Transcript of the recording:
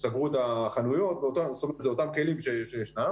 סגרו חנויות, זה אותם כלים שישנם